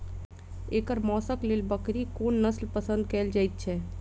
एकर मौशक लेल बकरीक कोन नसल पसंद कैल जाइ छै?